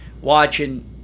watching